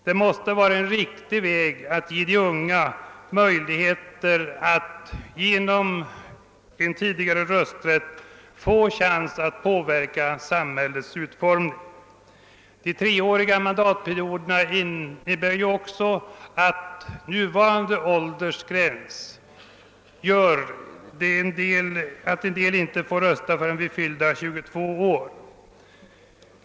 Det måste vara riktigt att genom en sänkning av rösträttsåldern ge de unga möj ligheter att påverka samhällets utformning. De treåriga mandatperioderna innebär också att nuvarande åldersgräns medför att en del ungdomar inte får rösta förrän vid fyllda 22 år.